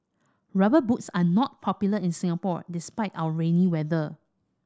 Rubber Boots are not popular in Singapore despite our rainy weather